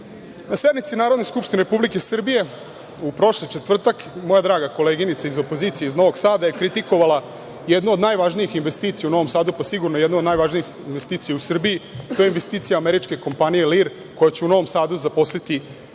Na sednici Narodne skupštine Republike Srbije prošlog četvrtka, moja draga koleginica iz opozicije, iz Novog Sada, je kritikovala jednu od najvažnijih investicija u Novom Sadu, pa sigurno i jednu od najvažnijih investicija u Srbiji. To je investicija američke kompanije „Lir“ koja će u Novom Sadu zaposliti 2.000